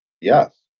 yes